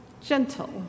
gentle